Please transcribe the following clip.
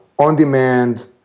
on-demand